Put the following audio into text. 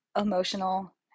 emotional